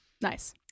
Nice